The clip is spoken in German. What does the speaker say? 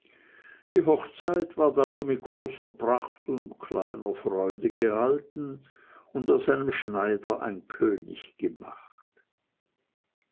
die hochzeit ward also mit großer pracht und kleiner freude gehalten und aus einem schneider ein könig gemacht